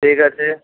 ঠিক আছে